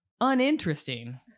uninteresting